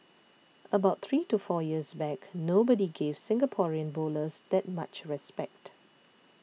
about three to four years back nobody gave Singaporean bowlers that much respect